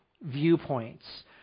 viewpoints